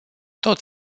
tot